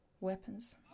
weapons